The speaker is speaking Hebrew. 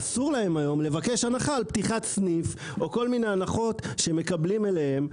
אסור להם היום לבקש הנחה על פתיחת סניף או כל מיני הנחות שמקבלים עליהם.